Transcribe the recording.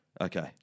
Okay